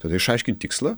tad išaiškinti tikslą